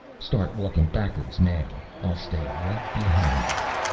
start walking backwards now i'll stay right behind you.